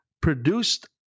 Produced